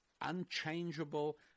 unchangeable